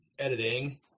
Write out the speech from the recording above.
editing